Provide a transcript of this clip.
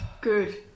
Good